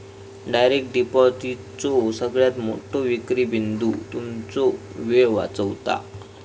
direct डिपॉजिटचो सगळ्यात मोठो विक्री बिंदू तुमचो वेळ वाचवता